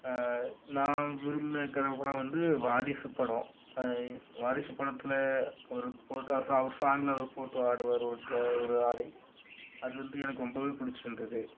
நான் விரும்பின கதாபாத்திரம் வந்து வாரிசு படம் வாரிசு படத்தில் ஒரு போட்டு சா அவர் சாங்கில் அவர் போட்டு ஆடுவார் ஒரு டிரெ ஒரு ஆடை அது வந்து எனக்கு ரொம்பவே பிடிச்சிருந்தது